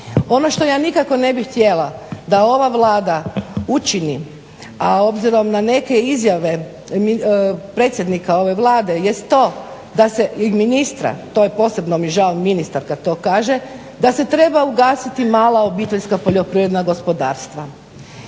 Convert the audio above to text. ono što ja nikako ne bih htjela da ova Vlada učini, a obzirom na neke izjave predsjednika ove Vlade i ministra to je posebno mi žao ministar kad to kaže da se treba ugasiti mala obiteljska poljoprivredna gospodarstva.